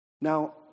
Now